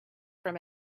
from